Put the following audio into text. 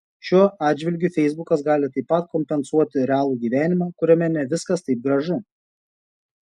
šiuo atžvilgiu feisbukas gali taip pat kompensuoti realų gyvenimą kuriame ne viskas taip gražu